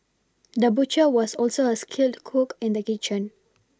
the butcher was also a skilled cook in the kitchen